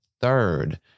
third